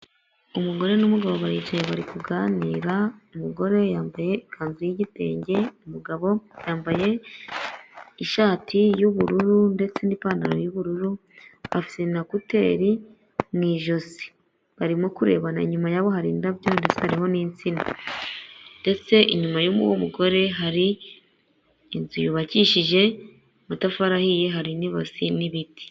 Umugore n'umugabo baricaye bari kuganira, umugore yambaye ikanzu y'igitenge, umugabo yambaye ishati y'ubururu ndetse n'ipantaro y'ubururu, afite na kuteri mu ijosi. Barimo kurebana, inyuma yabo hari indabyo ndetse hariyo n'insina ndetse inyuma y'umugore hari inzu yubakishije amatafari ahiye, hari n'ibase n'ibiti.